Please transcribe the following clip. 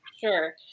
Sure